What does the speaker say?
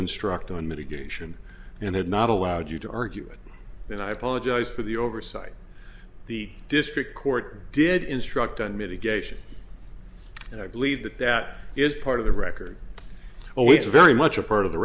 instruct on mitigation and had not allowed you to argue it and i apologize for the oversight the district court did instruct on mitigation and i believe that that is part of the record always very much a part of the